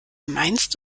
meinst